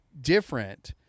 different